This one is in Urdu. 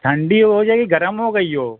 ٹھنڈی ہو جائے گی گرم ہو گئی ہے وہ